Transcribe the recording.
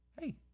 Hey